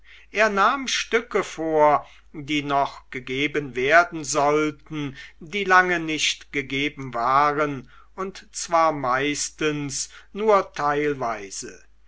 er nahm stücke vor die noch gegeben werden sollten die lange nicht gegeben waren und zwar meistens nur teilweise